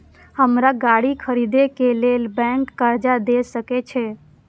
हमरा गाड़ी खरदे के लेल बैंक कर्जा देय सके छे?